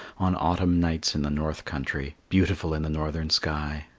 on autumn nights in the north country, beautiful in the northern sky.